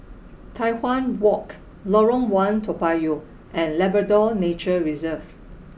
Tai Hwan Walk Lorong One Toa Payoh and Labrador Nature Reserve